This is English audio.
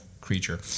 creature